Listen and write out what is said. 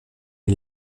est